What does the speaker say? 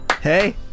Hey